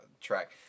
track